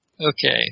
Okay